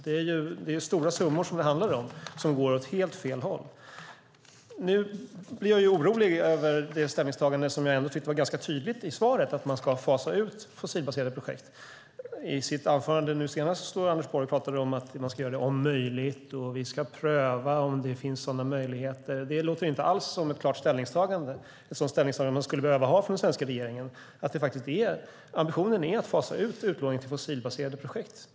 Det handlar om stora summor som går åt helt fel håll. Nu blir jag orolig över det ställningstagande som jag ändå tyckte var tydligt i svaret, nämligen att man ska fasa ut fossilbaserade projekt. I Anders Borgs senaste anförande sade han att det ska ske om möjligt, att det ska prövas om det finns sådana möjligheter. Det låter inte alls som ett klart ställningstagande. Det behövs ett klart ställningstagande från regeringen att ambitionen är att fasa ut utlåningen till fossilbaserade projekt.